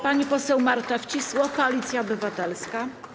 Pani poseł Marta Wcisło, Koalicja Obywatelska.